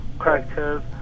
characters